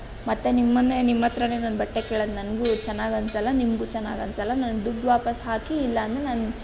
ಮತ್ತೆ ನಿಮ್ಮನ್ನೇ ನಿಮ್ಮ ಹತ್ರನೇ ನಾನು ಬಟ್ಟೆ ಕೇಳೋದು ನನಗೂ ಏನು ಚೆನ್ನಾಗನ್ಸಲ್ಲ ನಿಮಗೂ ಚೆನ್ನಾಗನ್ಸಲ್ಲ ನನ್ನ ದುಡ್ಡು ವಾಪಸ್ ಹಾಕಿ ಇಲ್ಲಾಂದರೆ ನಾನು